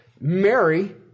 Mary